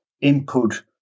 input